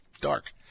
dark